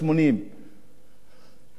למה אתה לא מגיע לתל-אביב לישיבות?